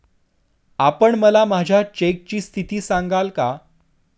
आपण मला माझ्या चेकची स्थिती सांगाल का?